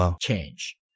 change